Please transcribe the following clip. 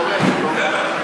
סליחה,